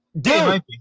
dude